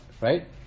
right